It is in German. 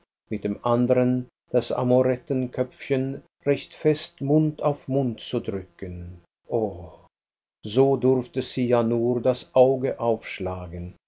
mit dem andern das amorettenköpfchen recht fest mund auf mund zu drücken o so durfte sie ja nur das auge aufschlagen